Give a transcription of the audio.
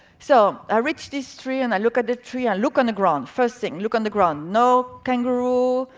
so, i reached this tree, and i look at the tree, i look on the ground. first thing, look on the ground, no kangaroo,